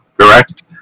correct